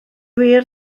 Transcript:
wir